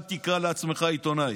אל תקרא לעצמך עיתונאי.